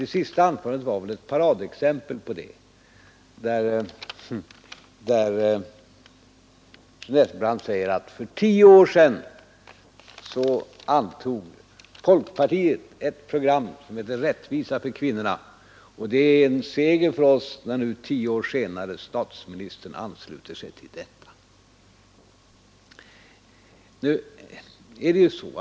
Det senaste anförandet var väl ett paradexempel på det. För 10 år sedan antog folkpartiet ett program som hette Rättvisa för kvinnorna, sade fru Nettelbrandt, och det är en seger för oss när statsministern nu, 10 år senare, ansluter sig till vad som stod i det programmet.